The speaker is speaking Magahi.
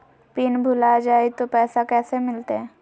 पिन भूला जाई तो पैसा कैसे मिलते?